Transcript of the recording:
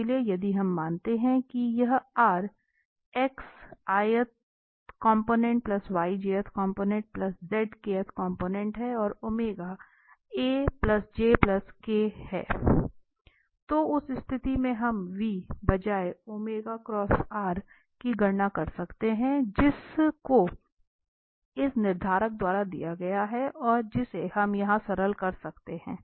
इसलिए यदि हम मानते हैं कि r है और ओमेगा है तो उस स्थिति में हम बाय की गणना कर सकते हैं जिस को इस निर्धारक द्वारा दिया गया है और जिसे हम यहां सरल कर सकते हैं